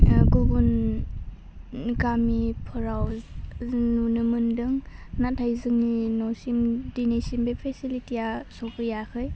ओह गुबुन गामिफ्राव जों नुनो मोनदों नाथाय जोंनि न'सिम दिनैसिम बे फेसिलिटिया सौफैयाखै